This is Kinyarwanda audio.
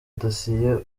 dosiye